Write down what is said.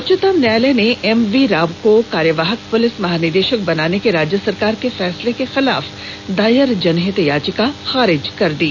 उच्चतम न्यायालय ने एमवी राव को कार्यवाहक पुलिस महानिदेशक बनाने के राज्य सरकार के फैसले के खिलाफ दायर जनहित याचिका खारिज कर दी